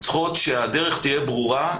צריכות שהדרך תהיה ברורה,